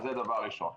זה דבר ראשון.